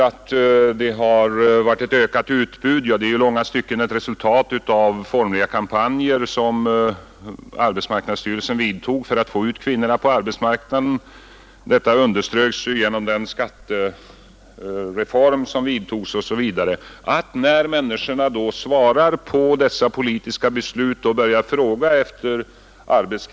Att det varit ett ökat utbud är i långa stycken ett resultat av formliga kampanjer som arbetsmarknadsstyrelsen vidtog för att få ut kvinnorna på arbetsmarknaden. Denna strävan underströks ju genom den skattereform som genomfördes. Människorna svarar på dessa politiska beslut och börjar fråga efter arbete.